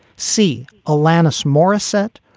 c, alanis morissette.